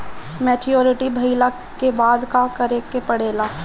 Maturity भईला के बाद का करे के पड़ेला?